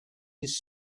his